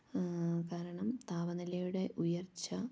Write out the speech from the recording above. കാരണം താപനിലയുടെ ഉയർച്ച